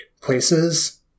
places